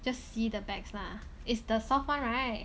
just see the bags lah is the soft one right